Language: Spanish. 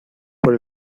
por